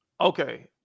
okay